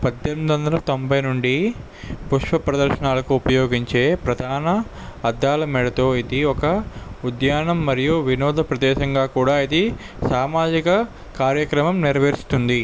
పద్దెనిమిదొందల తొంభై నుండి పుష్ప ప్రదర్శనలకు ఉపయోగించే ప్రధాన అద్దాల మేడతో ఇది ఒక ఉద్యానం మరియు వినోద ప్రదేశంగా కూడా ఇది సామాజిక కార్యక్రమం నెరవేర్చుతుంది